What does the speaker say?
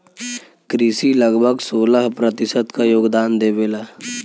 कृषि लगभग सोलह प्रतिशत क योगदान देवेला